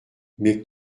mais